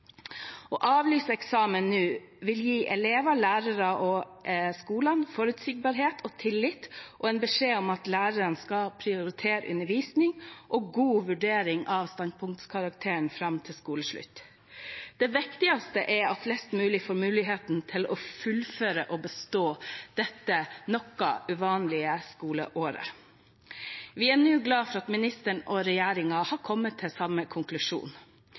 Å avlyse eksamen nå vil gi elever, lærere og skoler forutsigbarhet og tillit og en beskjed om at lærerne skal prioritere undervisning og god vurdering av standpunktkarakteren fram til skoleslutt. Det viktigste er at flest mulig får muligheten til å fullføre og bestå dette noe uvanlige skoleåret. Vi er nå glad for at ministeren og regjeringen har kommet til samme konklusjon.